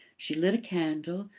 she lit a candle,